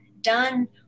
done